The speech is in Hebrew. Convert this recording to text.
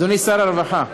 אדוני שר הרווחה,